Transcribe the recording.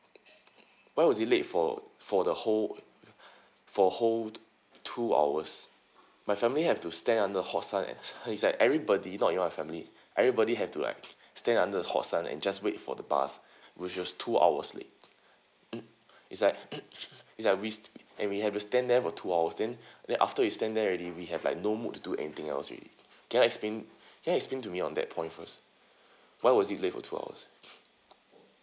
why was it late for for the whole for whole two hours my family have to stand under the hot sun is like everybody not even my family everybody have to like stand under the hot sun and just wait for the bus which is two hours late mm is like mm is like we and we have to stand there for two hours then then after you stand there already we have like no mood to do anything else already can you explain can you explain to me on that point first why was it late for two hours